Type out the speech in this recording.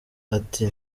ati